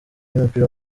w’umupira